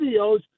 videos